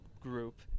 group